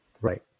Right